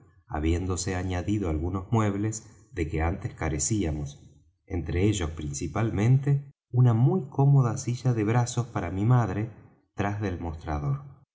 habiéndose añadido algunos muebles de que antes carecíamos entre ellos principalmente una muy cómoda silla de brazos para mi madre tras del mostrador